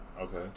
Okay